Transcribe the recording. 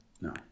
No